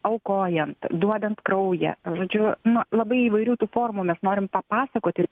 aukojant duodant kraują žodžiu nu labai įvairių tų formų mes norim papasakot ir